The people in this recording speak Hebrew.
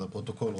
לפרוטוקול,